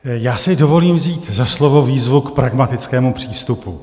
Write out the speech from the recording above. Já si dovolím vzít za slovo výzvu k pragmatickému přístupu.